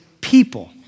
people